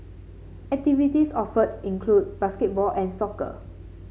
activities offered include basketball and soccer